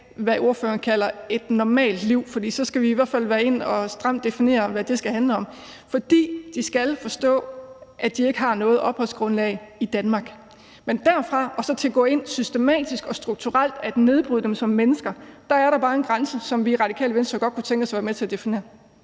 hvad ordføreren kalder et normalt liv, for så skal vi i hvert fald gå ind og stramt definere, hvad det skal handle om, fordi de skal forstå, at de ikke har noget opholdsgrundlag i Danmark. Men for at gå derfra og så til systematisk og strukturelt at gå ind at nedbryde dem som mennesker er der bare en grænse, som vi i Radikale Venstre godt kunne tænke os at være med til at definere.